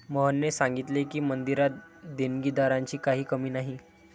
मोहनने सांगितले की, मंदिरात देणगीदारांची काही कमी नाही